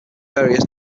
various